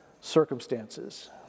circumstances